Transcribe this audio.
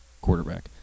quarterback